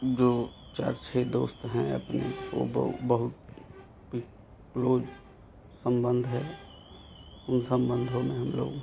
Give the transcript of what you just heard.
जो चार छः दोस्त हैं अपने वे बहुत क्लोज संबंध है उन संबंधों में हम लोग